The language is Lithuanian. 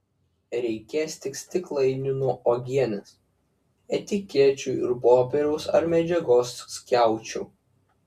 reikės tik stiklainių nuo uogienės etikečių ir popieriaus ar medžiagos skiaučių